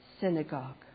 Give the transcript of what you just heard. synagogue